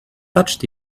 touched